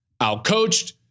Out-coached